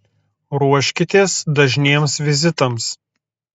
ruoškitės dažniems vizitams